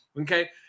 Okay